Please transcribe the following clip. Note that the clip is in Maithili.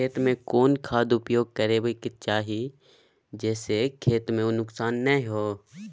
खेत में कोन खाद उपयोग करबा के चाही जे स खेत में नुकसान नैय होय?